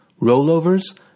rollovers